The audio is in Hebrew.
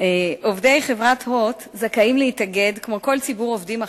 והמגבלה שהיתה קיימת מאוד הפריעה